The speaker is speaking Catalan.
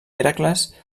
hèracles